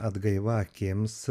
atgaiva akims